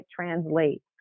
translate